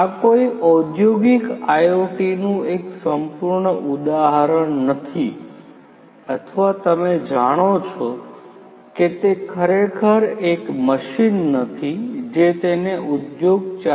આ કોઈ ઔદ્યોગિક IoT નું એક સંપૂર્ણ ઉદાહરણ નથી અથવા તમે જાણો છો કે તે ખરેખર એક મશીન નથી જે તેને ઉદ્યોગ 4